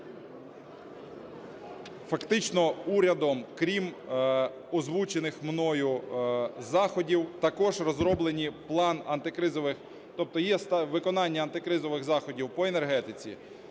Фактично урядом, крім озвучених мною заходів, також розроблений план антикризових, тобто є виконання антикризових заходів по енергетиці,